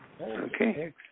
Okay